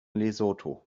lesotho